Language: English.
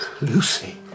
Lucy